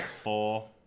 four